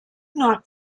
not